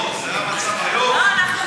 לא, זה המצב היום.